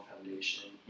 foundation